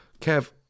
Kev